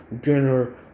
dinner